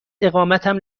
اقامتم